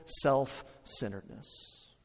self-centeredness